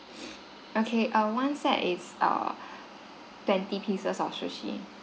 okay uh one set is err twenty pieces of sushi